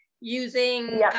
using